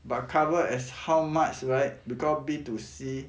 but cover as how much right because B two C